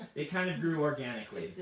it kind of grew organically.